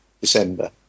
December